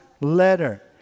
letter